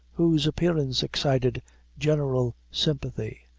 whose appearance excited general sympathy,